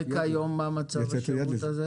מה מצב השירות כיום?